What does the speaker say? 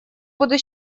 буду